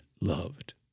loved